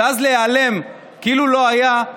ואז להיעלם כאילו לא היה,